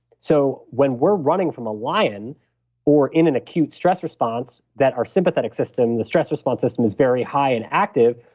so when we're running from a lion or in an acute stress response, that our sympathetic system, the stress response system is very high and active,